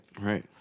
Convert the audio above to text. Right